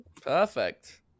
perfect